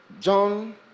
John